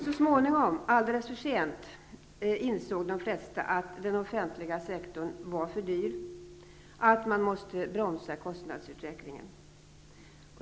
Så småningom, alldeles för sent, insåg de flesta att den offentliga sektorn var för dyr, att man måste bromsa kostnadsutvecklingen.